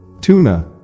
Tuna